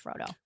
frodo